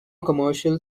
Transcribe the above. commercial